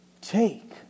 Take